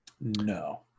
no